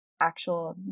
actual